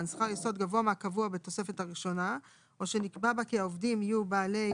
שכר יסוד גבוה מהקבוע בתוספת הראשונה או שנקבע בה כי העובדים יהיו בעלי